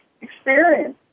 experience